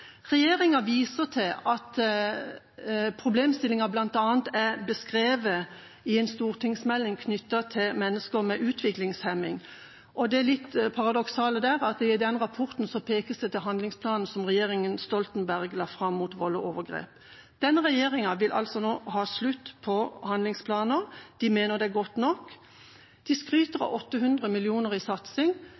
Regjeringa viser til at problemstillingen er beskrevet i bl.a. en stortingsmelding knyttet til mennesker med utviklingshemning. Det litt paradoksale der er at i den meldingen pekes det på handlingsplanen mot vold og overgrep, som regjeringa Stoltenberg la fram. Denne regjeringa vil altså nå ha slutt på handlingsplaner. De mener det er godt nok. De skryter av 800 mill. kr i satsing.